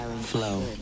flow